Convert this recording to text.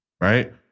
right